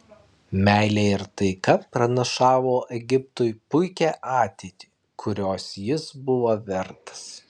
meilė ir taika pranašavo egiptui puikią ateitį kurios jis buvo vertas